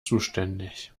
zuständig